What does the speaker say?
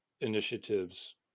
initiatives